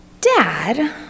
Dad